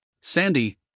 Sandy